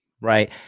Right